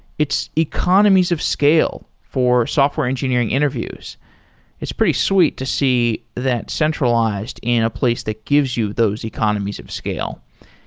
its economies of scale for software engineering interviews is pretty sweet to see that centralized in a place that gives you those economies of scale.